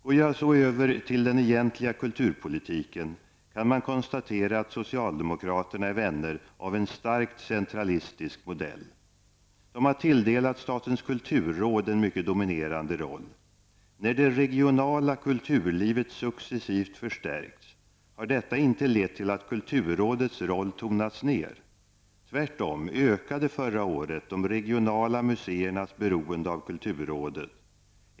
Går jag över till den egentliga kulturpolitiken kan man konstatera att socialdemokraterna är vänner av en starkt centralistisk modell. De har tilldelat statens kulturråd en mycket dominerande roll. När det regionala kulturlivet successivt förstärks har detta inte lett till att kulturrådets roll tonats ner. Tvärtom ökade förra året de regionala museernas beroende av kulturrådet.